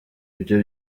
ibyo